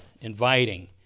inviting